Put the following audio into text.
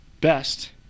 best